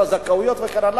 את הזכויות וכן הלאה.